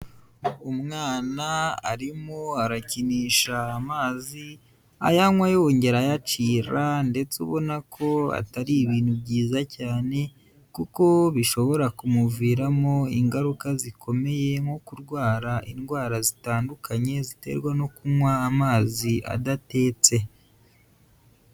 Umwana arimo arakinisha amazi, ayanywa yongera ayacira ndetse ubona ko atari ibintu byiza cyane kuko bishobora kumuviramo ingaruka zikomeye, nko kurwara indwara zitandukanye ziterwa no kunywa amazi adatetse.